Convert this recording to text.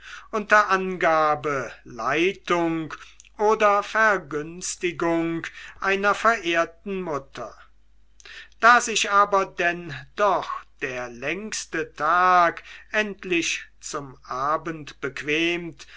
unter angabe leitung oder vergünstigung einer verehrten mutter da sich aber denn doch der längste tag endlich zum abend bequemt